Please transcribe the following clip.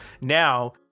now